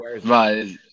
Right